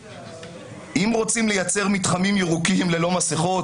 אם רוצים לייצר מתחמים ירוקים ללא מסכות,